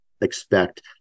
expect